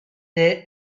near